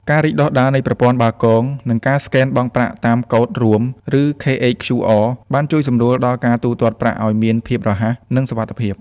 ការរីកដុះដាលនៃប្រព័ន្ធបាគង និងការស្កេនបង់ប្រាក់តាមកូដរួម ( ឬ KHQR) បានជួយសម្រួលដល់ការទូទាត់ប្រាក់ឱ្យមានភាពរហ័ស និងសុវត្ថិភាព។